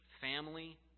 family